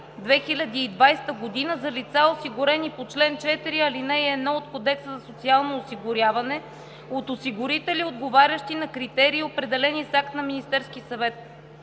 2020 г. за лица, осигурени по чл. 4, ал. 1 от Кодекса за социално осигуряване, от осигурителя, отговарящи на критерии, определени с акт на Министерския съвет.